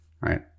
right